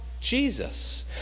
Jesus